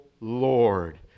Lord